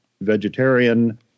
vegetarian